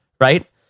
right